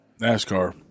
NASCAR